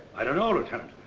i don't know, lieutenant.